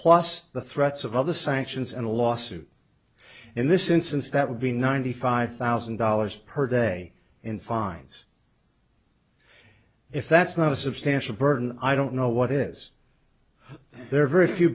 plus the threats of other sanctions and a lawsuit in this instance that would be ninety five thousand dollars per day in fines if that's not a substantial burden i don't know what is there are very few